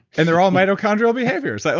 and they're all mitochondrial behaviors. so